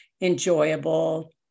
enjoyable